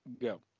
go